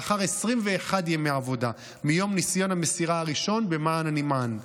לאחר 21 ימי עבודה מיום ניסיון המסירה הראשון במען הנמען.